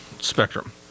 spectrum